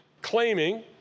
claiming